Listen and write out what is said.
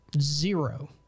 Zero